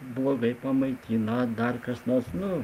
blogai pamaitina dar kas nors nu